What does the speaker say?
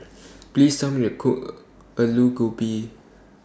Please Tell Me to Cook Alu Gobi